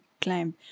climb